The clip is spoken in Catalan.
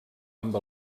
amb